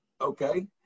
Okay